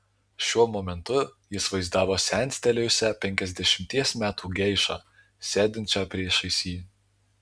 šiuo momentu jis vaizdavo senstelėjusią penkiasdešimties metų geišą sėdinčią priešais jį